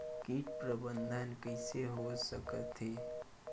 कीट प्रबंधन कइसे हो सकथे?